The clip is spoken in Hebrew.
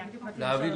מעקב,